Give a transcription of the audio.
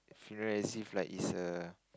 funeral as if like it's a